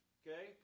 okay